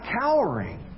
cowering